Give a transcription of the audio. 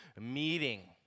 meeting